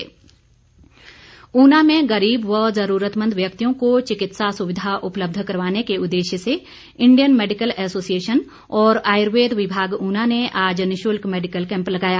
medical camp Una में गरीब व ज़रूरतमंद व्यक्तियों को चिकित्सा सुविधा उपलब्ध करवाने के उददेश्य से इंडियन मैडिकल एसोसिएशन और आयुर्वेद विभाग ऊना ने आज निशुल्क मैडिकल कैंप लगाया